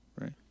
right